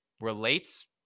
relates